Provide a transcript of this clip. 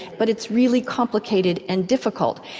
but it's really complicated and difficult.